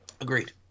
Agreed